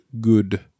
good